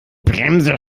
bremse